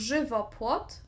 Żywopłot